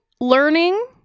learning